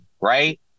right